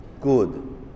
good